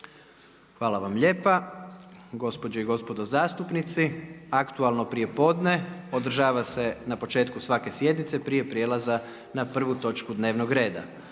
Gordan (HDZ)** Gospođe i gospodo zastupnici, aktualno prijepodne, održava se na početku svake sjednice, prije prijelaza na prvu točku dnevnog reda.